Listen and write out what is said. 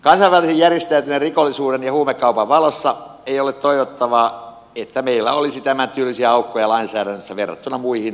kansainvälisen järjestäytyneen rikollisuuden ja huumekaupan valossa ei ole toivottavaa että meillä olisi tämäntyylisiä aukkoja lainsäädännössä verrattuna muihin euroopan maihin